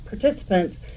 participants